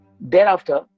Thereafter